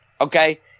okay